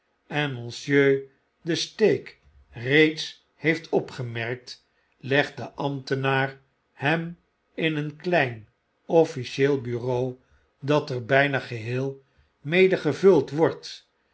en monsieur den steek reeds heeft opgemerkt legt de ambtenaar hem in een klein officieel bureau dat er bgna geheel mede gevuld wordt